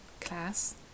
class